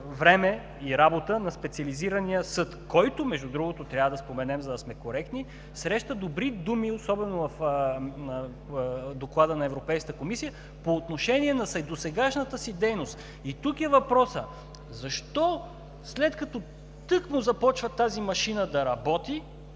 време и работа на Специализирания съд, който, между другото, трябва да споменем, за да сме коректни, среща добри думи особено в доклада на Европейската комисия по отношение на досегашната си дейност. И тук е въпросът, защо, след като тъкмо започва тази машина да работи,